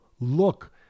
look